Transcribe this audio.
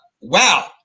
Wow